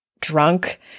drunk